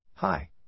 Hi